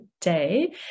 today